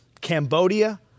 Cambodia